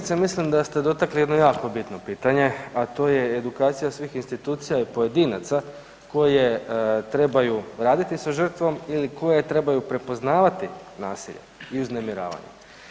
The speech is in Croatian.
Kolegice, mislim da ste dotakli jedno jako bitno pitanje a to je edukacija svih institucija i pojedinaca koje trebaju raditi sa žrtvom ili koje trebaju prepoznavati nasilje i uznemiravanje.